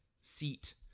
seat